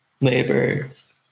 labors